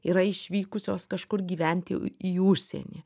yra išvykusios kažkur gyventi į užsienį